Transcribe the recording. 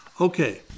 Okay